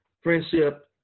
friendship